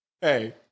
Hey